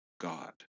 god